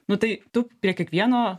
nu tai tu prie kiekvieno